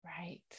right